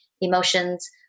emotions